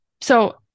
So-